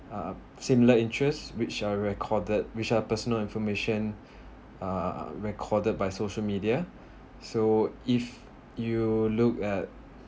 uh similar interest which are recorded which are personal information uh recorded by social media so if you look at